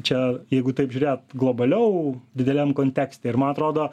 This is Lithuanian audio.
čia jeigu taip žiūrėt globaliau dideliam kontekste ir man atrodo